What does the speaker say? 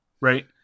right